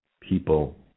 people